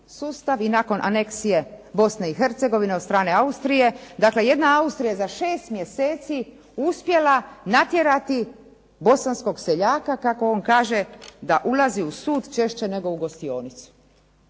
i nakon aneksije Bosne i Hercegovine od strane Austrije. Dakle, jedna Austrija je za 6 mjeseci uspjela natjerati bosanskog seljaka kako on kaže, da ulazi u sud češće nego u gostionicu.